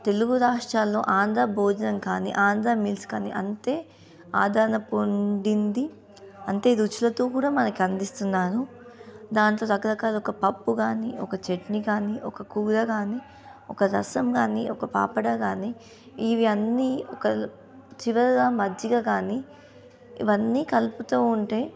తెలుగు రాష్టలలోఆంధ్ర భోజనం కానీ ఆంధ్ర మిల్స్ కానీ అంతే ఆదరణ పొందింది అంతే రుచులతో కూడా మనకు అందిస్తున్నారు దాంట్లో రకరకాల ఒక పప్పు కానీ ఒక చట్నీ కానీ ఒక కూర కానీ ఒక రసం కానీ ఒక పాపడ కానీ ఇవి అన్నీ ఒక చివరగా మజ్జిగ కానీ ఇవన్నీ కలుపుతు ఉంటే